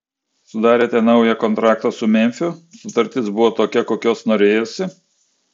sudarėte naują kontraktą su memfiu sutartis buvo tokia kokios norėjosi